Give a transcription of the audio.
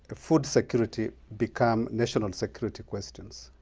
food security become national security questions,